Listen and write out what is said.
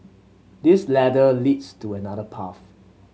this ladder leads to another path